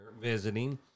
visiting